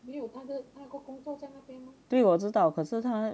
对我知道可是他